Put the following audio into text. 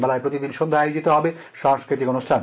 মেলায় প্রতিদিন সন্ধ্যায় আয়োজিত হবে সাংস্কৃতিক অনুষ্ঠান